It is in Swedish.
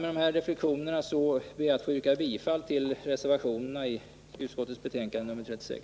Med de här reflexionerna ber jag att få yrka bifall till reservationerna vid utbildningsutskottets betänkande nr 36.